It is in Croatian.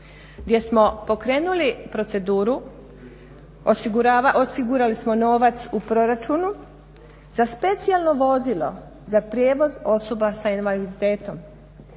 gdje smo pokrenuli proceduru, osigurali smo novac u proračunu za specijalno vozilo za prijevoz osoba s invaliditetom